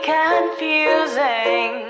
confusing